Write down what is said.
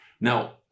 Now